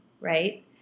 right